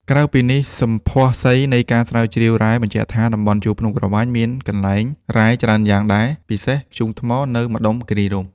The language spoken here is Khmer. ក្រៅពីនេះ សម្ផស្សីនៃការ ស្រាវជ្រាវវែបញ្ជាក់ថា តំបន់ជួរភ្នំក្រវាញមានកន្លែងរ៉ែច្រើនយ៉ាងដែរ ពិសេស ធ្យូងថ្មនៅម្តុំគិរីរម្យ ។